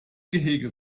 gehege